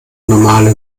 normale